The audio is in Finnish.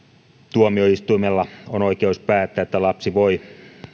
tuomioistuimella on oikeus päättää että lapsi voi